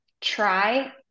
try